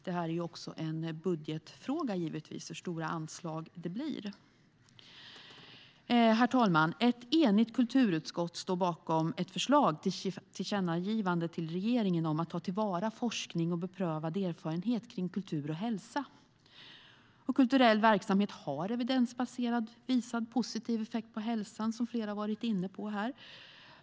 Det är givetvis också en budgetfråga hur stora anslagen blir. Herr talman! Ett enigt kulturutskott står bakom förslaget om ett tillkännagivande till regeringen om att ta till vara forskning om och beprövad erfarenhet av kultur och hälsa. Kulturell verksamhet har evidensbaserad och visad positiv effekt på hälsan, vilket flera har varit inne på.